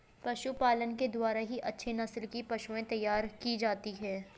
पशुपालन के द्वारा ही अच्छे नस्ल की पशुएं तैयार की जाती है